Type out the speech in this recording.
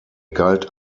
galt